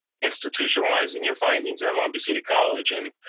institutionalizing your findings at long beach city college, and